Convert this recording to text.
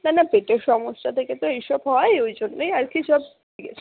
না না পেটের সমস্যা থেকে তো এই সব হয় ওইজন্যই আর কি সব